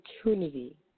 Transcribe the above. opportunity